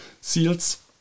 seals